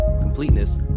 completeness